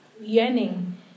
yearning